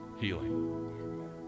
healing